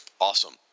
awesome